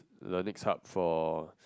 the next hub for